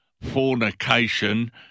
fornication